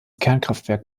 kernkraftwerk